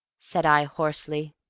said i hoarsely.